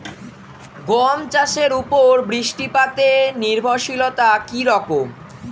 গম চাষের উপর বৃষ্টিপাতে নির্ভরশীলতা কী রকম?